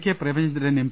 K Premachandran M